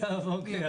אוקיי.